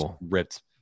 ripped